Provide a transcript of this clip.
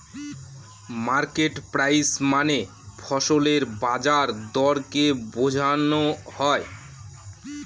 market price মানে ফসলের বাজার দরকে বোঝনো হয়